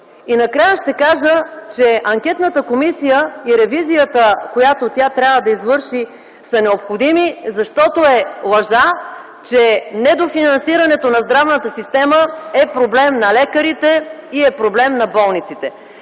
Накрая ще кажа, че анкетната комисия и ревизията, която тя трябва да извърши, са необходими, защото е лъжа, че недофинансирането на здравната система е проблем на лекарите и на болниците.